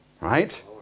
Right